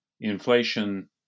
Inflation